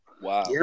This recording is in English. Wow